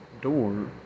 door